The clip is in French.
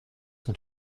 sont